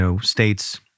states